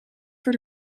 voor